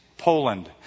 Poland